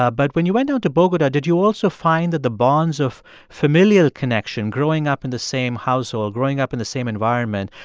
ah but when you went down to bogota, did you also find that the bonds of familial connection, growing up in the same house or growing up in the same environment,